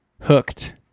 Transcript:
Hooked